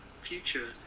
future